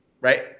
Right